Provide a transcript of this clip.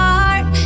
heart